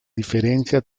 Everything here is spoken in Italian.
differenzia